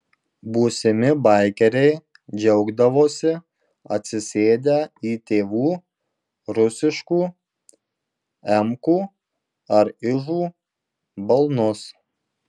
būsimi baikeriai džiaugdavosi atsisėdę į tėvų rusiškų emkų ar ižų balnus